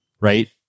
right